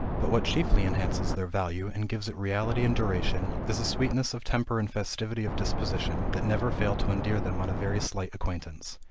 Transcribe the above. but what chiefly enhances their value, and gives it reality and duration, is a sweetness of temper and festivity of disposition, that never fail to endear them on a very slight acquaintance.